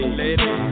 lady